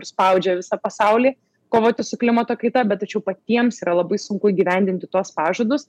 ir spaudžia visą pasaulį kovoti su klimato kaita bet tačiau patiems yra labai sunku įgyvendinti tuos pažadus